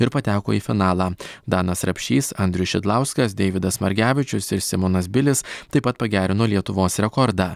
ir pateko į finalą danas rapšys andrius šidlauskas deividas margevičius ir simonas bilis taip pat pagerino lietuvos rekordą